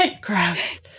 Gross